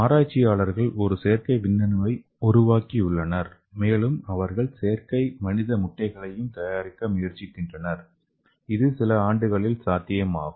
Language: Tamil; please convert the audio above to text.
ஆராய்ச்சியாளர்கள் ஒரு செயற்கை விந்தணுவை உருவாக்கியுள்ளனர் மேலும் அவர்கள் செயற்கை மனித முட்டைகளையும் தயாரிக்க முயற்சிக்கின்றனர் இது சில ஆண்டுகளில் சாத்தியமாகும்